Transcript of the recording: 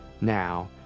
Now